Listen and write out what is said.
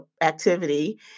activity